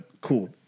Cool